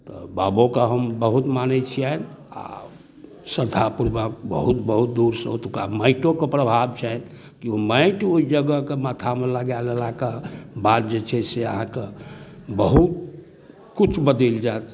तऽ बाबोके हम बहुत मानै छिअनि आओर श्रद्धापूर्वक बहुत बहुत दूरसँ ओतुका माटिओके प्रभाव छनि कि ओ माटि ओ जगहके माथामे लगा लेलाके बाद जे छै से अहाँके बहुत किछु बदलि जाएत